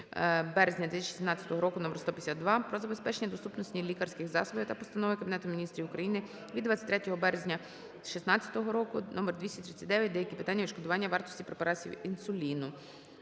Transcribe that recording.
березня 2017 року № 152 "Про забезпечення доступності лікарських засобів" та Постанови Кабінету Міністрів України від 23 березня 2016 року № 239 "Деякі питання відшкодування вартості препаратів інсуліну".